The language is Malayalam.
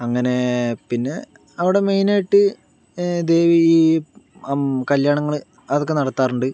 അങ്ങനെ പിന്നെ അവിടെ മെയിനായിട്ട് ദേവീ അം കല്യാണങ്ങൾ അതൊക്കെ നടത്താറുണ്ട്